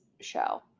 show